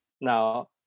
Now